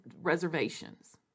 reservations